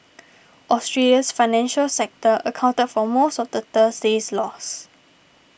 Australia's financial sector accounted for most of the Thursday's loss